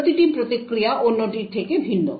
প্রতিটি প্রতিক্রিয়া অন্যটির থেকে ভিন্ন